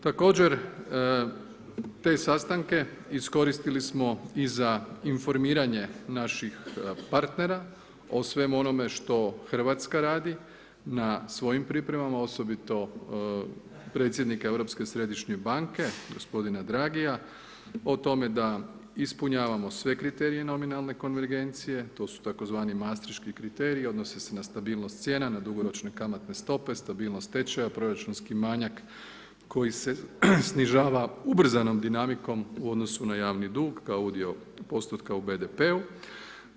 Također te sastanke iskoristili smo i za informiranje naših partnera o svemu onome što Hrvatska radi na svojim pripremama osobito predsjednika Europske središnje banke gospodina Draghia, o tome da ispunjavamo sve kriterije nominalne konvergencije, to su tzv. maastricht-ški kriteriji i odnose se na stabilnost cijena, na dugoročne kamatne stope, stabilnost stečaja, proračunski manjak koji se snižava ubrzanom dinamikom u odnosu na javni dug kao udio postotka u BDP-u.